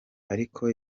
ariko